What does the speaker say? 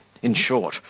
in short,